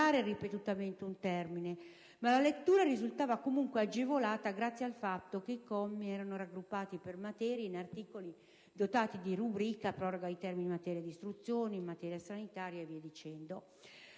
la lettura risultava comunque agevolata grazie al fatto che i commi erano raggruppati per materie, in articoli dotati di rubrica (proroga di termini in materia di istruzione, in materia sanitaria, e via dicendo).